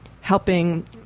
helping